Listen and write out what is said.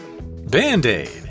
Band-aid